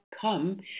come